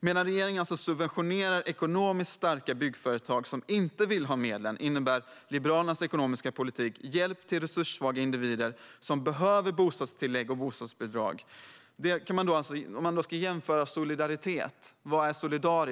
Medan regeringens politik alltså innebär att man subventionerar ekonomiskt starka byggföretag, som inte vill ha medlen, innebär Liberalernas ekonomiska politik hjälp till resurssvaga individer som behöver bostadstillägg och bostadsbidrag. Om man ska jämföra solidaritet, vad är då solidariskt?